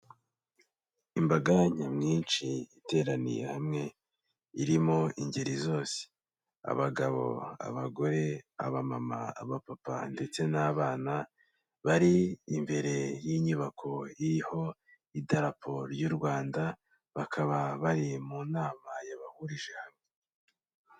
Imbaga nyamwinshi iteraniye hamwe irimo ingeri zose abagabo, abagore, abamama, abapapa ndetse n'abana, bari imbere y'inyubako iriho idarapo ry'u Rwanda, bakaba bari mu nama yabahurije hamwe.